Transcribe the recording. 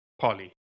Polly